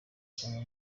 cyangwa